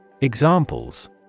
examples